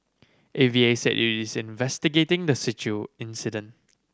A V A said it is investigating the incident